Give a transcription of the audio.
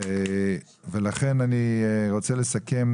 לכן אני רוצה לסכם